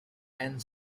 and